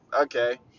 okay